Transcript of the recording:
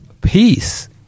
peace